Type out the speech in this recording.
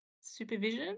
supervision